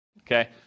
okay